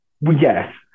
Yes